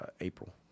April